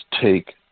take